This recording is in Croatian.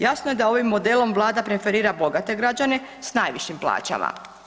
Jasno je da ovim modelom Vlada preferira bogate građane s najvišim plaćama.